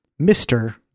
Mr